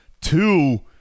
two